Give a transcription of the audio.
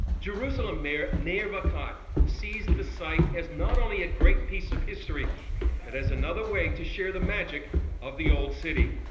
jerusalem mayor nir barkat sees the site as not only a great piece of history but and as another way to share the magic of the old city.